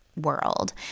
World